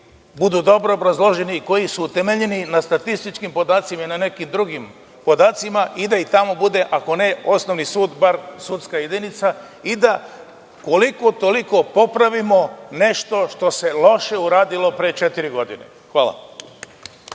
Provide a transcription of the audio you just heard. budu dobro obrazloženi, koji su temeljni na statističkim podacima i na nekim drugim podacima i da i tamo bude ako ne osnovni sud, bar sudska jedinica i da koliko toliko popravimo nešto što se loše uradilo pre četiri godine. Hvala.